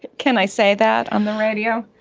can i say that on the radio?